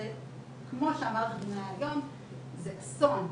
כמו שאמרתי, זה אסון.